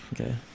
Okay